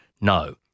no